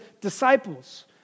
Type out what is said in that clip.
disciples